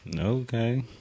okay